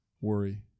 worry